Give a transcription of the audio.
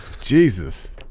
Jesus